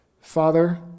Father